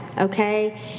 Okay